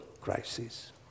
crisis